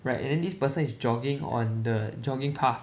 right and then this person is jogging on the jogging path